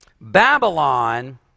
Babylon